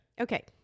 okay